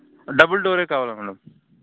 double door కావాలి madam